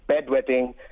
bedwetting